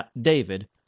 David